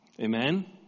Amen